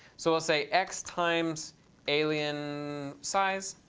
so we'll say x times alien size